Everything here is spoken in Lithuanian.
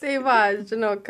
tai va žinok